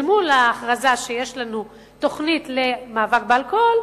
אל מול ההכרזה שיש לנו תוכנית למאבק באלכוהול,